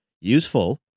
useful